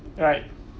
right